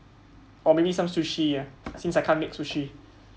or maybe some sushi ya since I can't make sushi